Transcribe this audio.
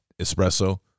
espresso